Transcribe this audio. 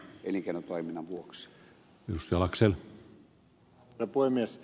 herra puhemies